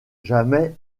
jamais